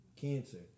cancer